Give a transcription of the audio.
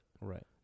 right